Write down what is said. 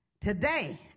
today